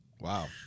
Wow